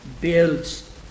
builds